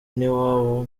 n’iwabo